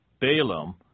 Balaam